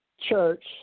Church